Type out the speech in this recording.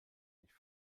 nicht